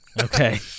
Okay